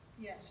Yes